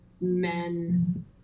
men